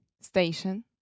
Station